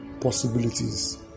possibilities